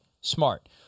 smart